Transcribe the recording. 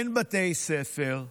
אין בתי ספר,